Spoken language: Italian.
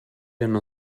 hanno